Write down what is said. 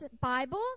Bible